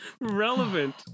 Relevant